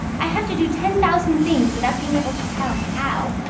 i have to do ten thousand things without being able to tell how.